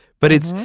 but it's.